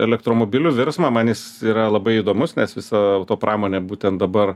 elektromobilių virsmą man jis yra labai įdomus nes viso auto pramonė būtent dabar